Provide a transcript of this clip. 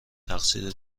تقصیر